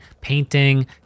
painting